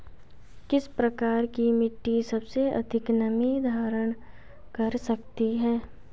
किस प्रकार की मिट्टी सबसे अधिक नमी धारण कर सकती है?